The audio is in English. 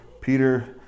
Peter